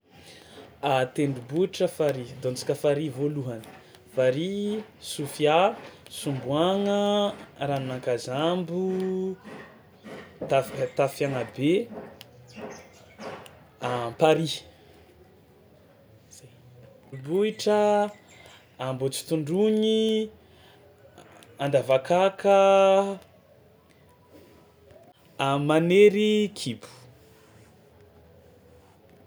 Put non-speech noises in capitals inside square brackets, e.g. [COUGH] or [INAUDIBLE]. A tendrombohitra farihy, ataontsika farihy voalohany: [NOISE] farihy Sofia, Somboagna, ranon'Akazambo, [NOISE] Tafik- Tafiagnabe, Amparihy, zay; mbohitra Ambohitsitondroigny, Andavakaka, a Manery kipo.